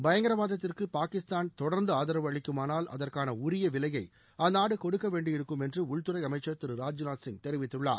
பயங்கரவாதத்திற்கு பாகிஸ்தான் தொடர்ந்து ஆதரவு அளிக்குமானால் அதற்கான உரிய விலைய அந்நாடு கொடுக்க வேண்டியிருக்கும் என்று உள்துறை அமைச்சர் திரு ராஜ்நாத் சிங் தெரிவித்துள்ளார்